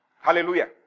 Hallelujah